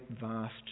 vast